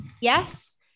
yes